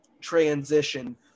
transition